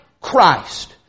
Christ